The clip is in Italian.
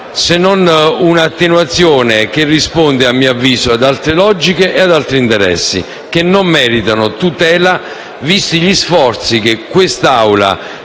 se non una attenuazione che risponde, a mio avviso, ad altre logiche e ad altri interessi che non meritano tutela, visti gli sforzi che quest'Assemblea,